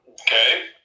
Okay